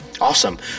Awesome